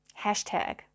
hashtag